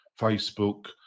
Facebook